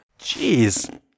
Jeez